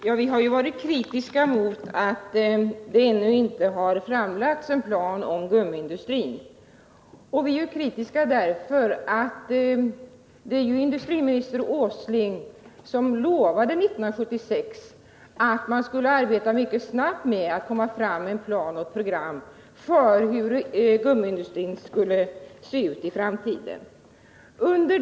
Herr talman! Vi har varit kritiska mot att det ännu inte framlagts någon plan för gummiindustrin. Industriminister Åsling lovade 1976 att man mycket snabbt skulle komma fram med en plan och ett program för hur gummiindustrin skulle se ut i framtiden.